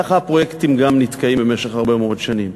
ככה הפרויקטים גם נתקעים במשך הרבה מאוד שנים,